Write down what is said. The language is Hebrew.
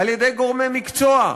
על-ידי גורמי מקצוע,